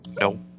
No